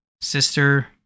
sister